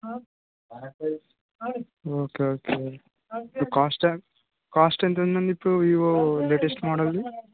okay okay ఇప్పుడు cost cost ఎంత ఉందండి ఇప్పుడు వివో లేటేస్ట్ మోడల్ది